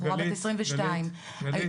בחורה בת 22. גלית,